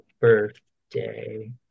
birthday